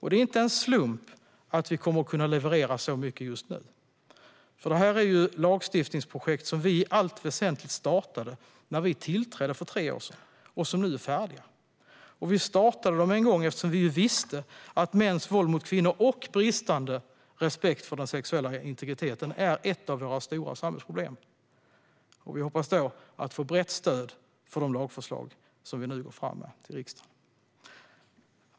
Det är inte en slump att vi kommer att kunna leverera så mycket just nu. Detta är lagstiftningsprojekt som vi i allt väsentligt startade när vi tillträdde för tre år sedan och som nu är färdiga. Vi startade dem en gång eftersom vi visste att mäns våld mot kvinnor och bristande respekt för den sexuella integriteten är ett av våra stora samhällsproblem. Vi hoppas att få brett stöd för de lagförslag som vi nu överlämnar till riksdagen. Fru talman!